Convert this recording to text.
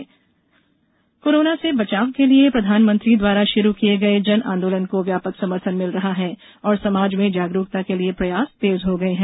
जन आंदोलन कोरोना से बचाव के लिए प्रधानमंत्री द्वारा शुरू किये गये जन आंदोलन को व्यापक समर्थन मिल रहा है और समाज में जागरूकता के लिए प्रयास तेज हो गये है